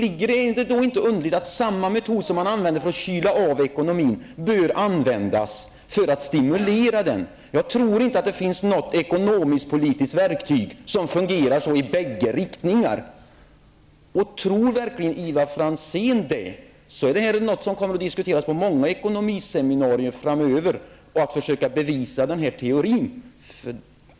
Är det då inte underligt att använda samma metod för att stimulera ekonomin som man använde för att kyla av ekonomin. Jag tror inte att det finns något ekonomisk-politiskt verktyg som fungerar på detta sätt i bägge riktningar. Tror Ivar Franzén verkligen det, är detta något som kommer att diskutera på många ekononomiseminarier framöver, där man får försöka bevisa denna teori.